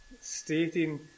stating